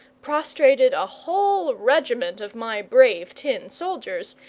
prostrated a whole regiment of my brave tin soldiers,